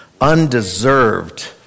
undeserved